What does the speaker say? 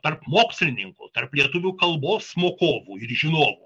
tarp mokslininkų tarp lietuvių kalbos mokovų ir žinovų